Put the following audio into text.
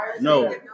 No